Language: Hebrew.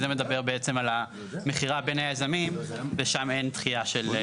זה מדבר על המכירה בין היזמים ושם אין דחייה.